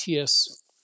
ATS